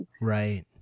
Right